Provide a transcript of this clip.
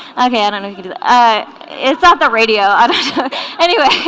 okay i don't know it's not the radio i don't know anyway